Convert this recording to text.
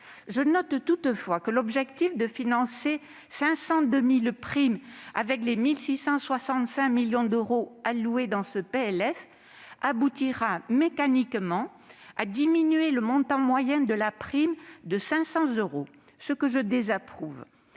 Je note néanmoins que l'objectif de financer 502 000 primes avec les 1 665 millions d'euros alloués au dispositif dans ce PLF aboutira mécaniquement, s'il est atteint, à diminuer le montant moyen de la prime de 500 euros, ce que je désapprouve.